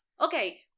Okay